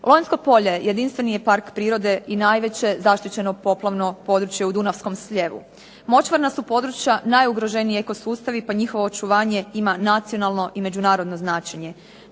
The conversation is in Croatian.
Lonjsko polje jedinstveni je park prirode i najveće zaštićeno poplavno područje u Dunavskom slijevu. Močvarna su područja najugroženiji eko sustavi, pa njihovo očuvanje ima nacionalno i međunarodno značenje.